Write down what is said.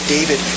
David